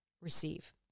receive